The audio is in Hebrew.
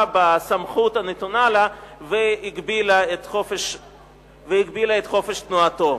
בסמכות הנתונה לה והגבילה את חופש תנועתו.